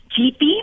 GP